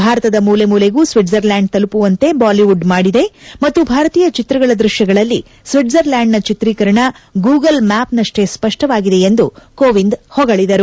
ಭಾರತದ ಮೂಲೆ ಮೂಲೆಗೂ ಸ್ವಿಡ್ವರ್ಲ್ಲಾಂಡ್ ತಲುಮವಂತೆ ಬಾಲಿವುಡ್ ಮಾಡಿದೆ ಮತ್ತು ಭಾರತೀಯ ಚಿತ್ರಗಳ ದೃಶ್ವಗಳಲ್ಲಿ ಸ್ವಿಡ್ಜರ್ಲ್ಕಾಂಡ್ನ ಚಿತ್ರೀಕರಣ ಗೂಗಲ್ ಮ್ಯಾಪ್ನಷ್ಟೇ ಸ್ವಿಷ್ಟವಾಗಿದೆ ಎಂದು ಕೋಎಂದ್ ಮೊಗಳಿದರು